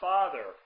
Father